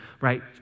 right